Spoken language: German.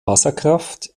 wasserkraft